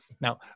Now